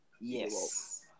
Yes